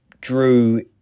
Drew